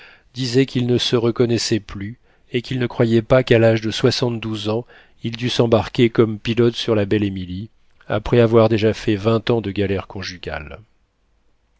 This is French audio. disait qu'il ne se reconnaissait plus et qu'il ne croyait pas qu'à l'âge de soixante-douze ans il dût s'embarquer comme pilote sur la belle émilie après avoir déjà fait vingt ans de galères conjugales